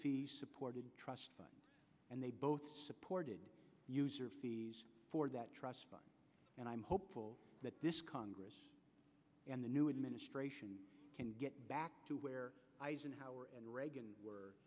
fee supported trust and they both supported user fees for that trust and i'm hopeful that this congress and the new administration can get back to where eisenhower and reagan